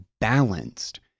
balanced